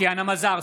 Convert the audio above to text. טטיאנה מזרסקי,